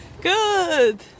Good